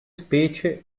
specie